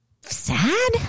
sad